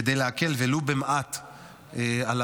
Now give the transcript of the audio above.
כדי להקל ולו במעט את המצב,